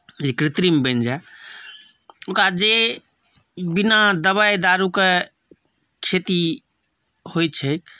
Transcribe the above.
जे कृत्रिम बनि जाए ओकरा जे बिना दवाइ दारूके खेती होइत छैक